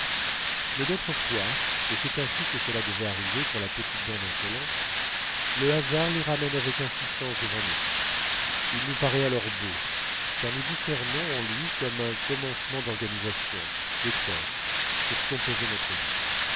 mais d'autres fois et c'est ainsi que cela devait arriver pour la petite bande insolente le hasard les ramène avec insistance devant nous il nous paraît alors beau car nous discernons en lui comme un commencement d'organisation d'effort pour composer notre vie